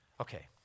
Okay